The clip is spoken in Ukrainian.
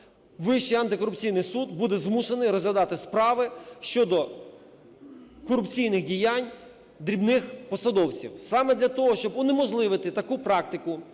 Вищий антикорупційний суд буде змушений розглядати справи щодо корупційних діянь дрібних посадовців. Саме для того, щоб унеможливити таку практику,